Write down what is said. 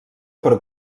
per